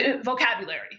vocabulary